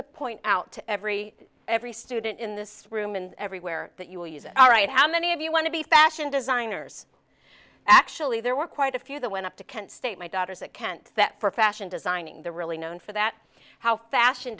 to point out to every every student in this room and everywhere that you will use it all right how many of you want to be fashion designers actually there were quite a few the went up to kent state my daughter's at kent that for fashion designing the really known for that how fashion